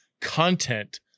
content